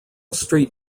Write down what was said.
street